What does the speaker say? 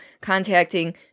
contacting